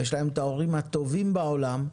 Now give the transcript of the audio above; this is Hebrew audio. ויש להם את ההורים הטובים בעולם,